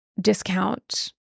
discount